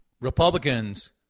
Republicans